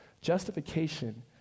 Justification